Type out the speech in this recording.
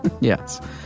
yes